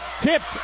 Tipped